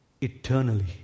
eternally